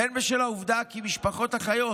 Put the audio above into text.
והן בשל העובדה כי משפחות החיות